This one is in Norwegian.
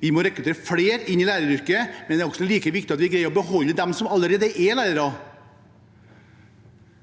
Vi må rekruttere flere inn i læreryrket, men det er like viktig at vi greier å beholde dem som allerede er lærere.